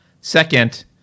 Second